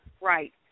Right